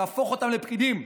להפוך אותם לפקידים.